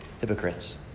hypocrites